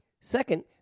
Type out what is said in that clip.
second